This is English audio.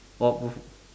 oh both